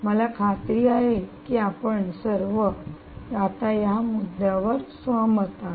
मला खात्री आहे की आपण सर्व आता या मुद्द्यावर सहमत आहात